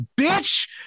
Bitch